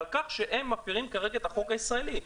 על כך שהן מפרות כרגע את החוק הישראלי.